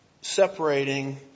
separating